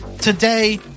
Today